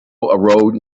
road